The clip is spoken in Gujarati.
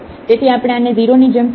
તેથી આપણે આને 0 ની જેમ ફરી મેળવીશું